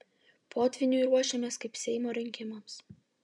potvyniui ruošiamės kaip seimo rinkimams